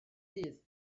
dydd